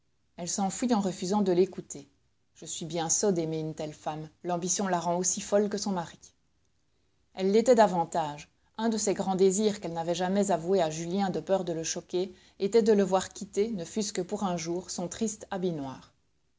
elle s'enfuit en refusant de l'écouter je suis bien sot d'aimer une telle femme l'ambition la rend aussi folle que son mari elle l'était davantage un de ses grands désirs qu'elle n'avait jamais avoué à julien de peur de le choquer était de le voir quitter ne fût-ce que pour un jour son triste habit noir